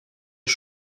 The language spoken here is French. les